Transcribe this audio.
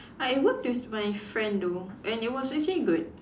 I worked with my friend though and it was actually good